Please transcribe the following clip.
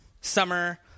summer